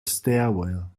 stairwell